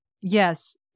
Yes